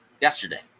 yesterday